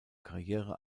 karriere